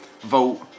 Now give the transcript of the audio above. vote